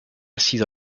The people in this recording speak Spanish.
sido